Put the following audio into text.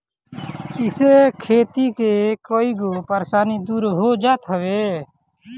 इसे खेती के कईगो परेशानी दूर हो जात हवे